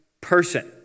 person